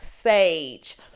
sage